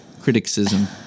Criticism